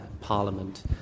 parliament